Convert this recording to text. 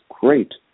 great